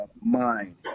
mind